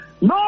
no